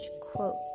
Quote